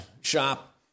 shop